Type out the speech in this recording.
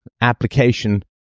application